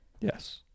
Yes